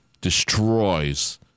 destroys